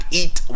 eat